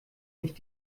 nicht